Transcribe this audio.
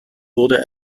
wurde